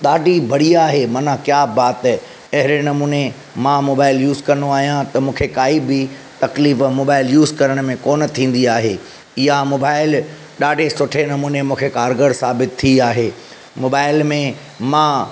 ॾाढी बढ़िया आहे माना क्या बात है अहिड़े नमूने मां मोबाइल यूज़ कंदो आहियां त मूंखे काई बि तकलीफ़ मोबाइल यूज़ करण में कोन्ह थींदी आहे इहा मोबाइल ॾाढे सुठे नमूने मूंखे कारगरु साबितु थी आहे मोबाइल में मां